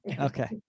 okay